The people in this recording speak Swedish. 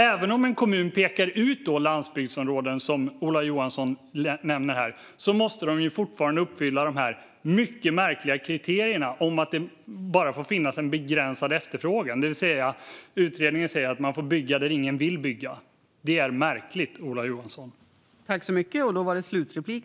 Även om en kommun pekar ut landsbygdsområden, som Ola Johansson nämner här, måste man fortfarande uppfylla de mycket märkliga kriterierna om att det bara får finnas en begränsad efterfrågan. Utredningen säger alltså att man får bygga där ingen vill bygga. Det är märkligt, Ola Johansson.